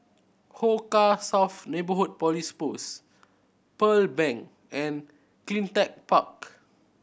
Hong Kah South Neighbourhood Police Post Pearl Bank and Cleantech Park